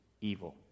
evil